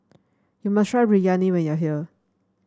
you must try Biryani when you are here